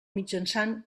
mitjançant